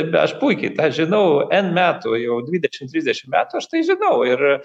aš puikiai tą žinau n metų jau dvidešimt trisdešimt metų aš tai žinau ir